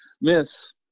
miss